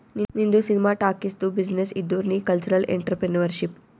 ನಿಂದು ಸಿನಿಮಾ ಟಾಕೀಸ್ದು ಬಿಸಿನ್ನೆಸ್ ಇದ್ದುರ್ ನೀ ಕಲ್ಚರಲ್ ಇಂಟ್ರಪ್ರಿನರ್ಶಿಪ್